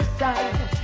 side